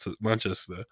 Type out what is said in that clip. Manchester